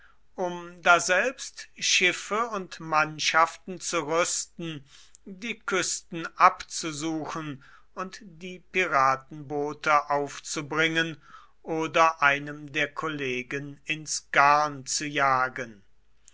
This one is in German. um daselbst schiffe und mannschaften zu rüsten die küsten abzusuchen und die piratenboote aufzubringen oder einem der kollegen ins garn zu jagen